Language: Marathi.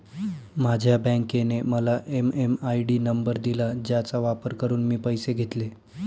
माझ्या बँकेने मला एम.एम.आय.डी नंबर दिला ज्याचा वापर करून मी पैसे घेतले